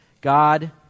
God